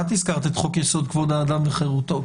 את הזכרת את חוק יסוד כבוד האדם וחירותו,